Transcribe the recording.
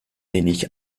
wenig